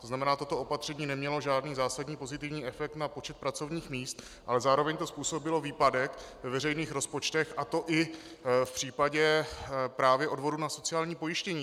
To znamená, že toto opatření nemělo žádný zásadní pozitivní efekt na počet pracovních míst, ale zároveň to způsobilo výpadek ve veřejných rozpočtech, a to i v případě právě odvodů na sociální pojištění.